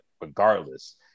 regardless